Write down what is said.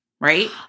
right